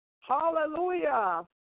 Hallelujah